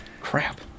crap